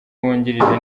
wungirije